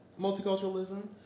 multiculturalism